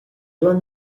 umani